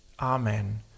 Amen